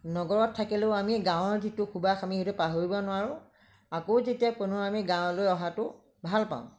নগৰত থাকিলেও আমি গাঁৱৰ যিটো সুবাস সেইটো পাহৰিব নোৱাৰোঁ আকৌ যাতিয়া পুনৰ গাঁৱলৈ অহাতো আমি ভাল পাওঁ